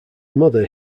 mother